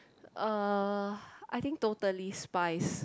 uh I think Totally Spies